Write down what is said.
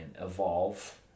evolve